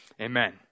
amen